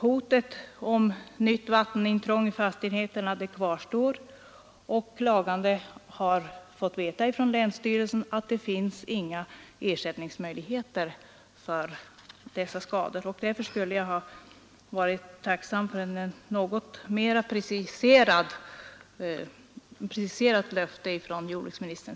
Hotet om nya vattenskador på fastigheterna kvarstår alltså, och de klagande har fått veta av länsstyrelsen att det inte finns några möjligheter till ersättning för dessa skador. Jag skulle därför ha varit tacksam för ett något mera preciserat löfte av jordbruksministern.